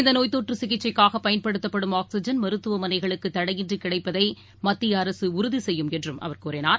இந்தநோய்த்தொற்றுசிகிச்சைக்காகபயன்படுத்தப்படும் oxygen மருத்துவமனைகளுக்குதடையின்றிகிடைப்பதைமத்தியஅரசுஉறுதிசெய்யும் என்றும் அவர் கூறினார்